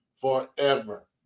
forever